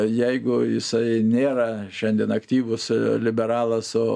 jeigu jisai nėra šiandien aktyvus liberalas o